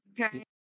Okay